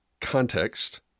context